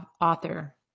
author